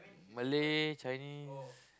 Malay Chinese